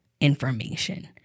information